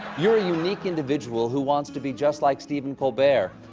you are a u naek individual who wants to be just like stephen colbert.